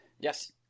yes